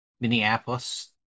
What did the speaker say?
Minneapolis